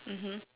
mmhmm